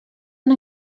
una